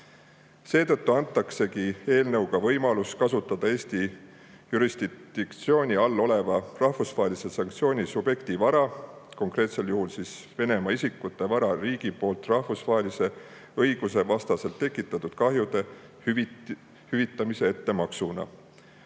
Seetõttu antaksegi eelnõuga võimalus kasutada Eesti jurisdiktsiooni all olevat rahvusvahelise sanktsiooni subjekti vara, konkreetsel juhul Venemaa isikute vara, rahvusvahelise õiguse vastaselt tekitatud kahjude hüvitamise ettemaksuna,